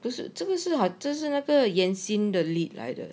不是这个适合这是那个严新的 lead 来的